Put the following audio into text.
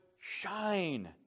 shine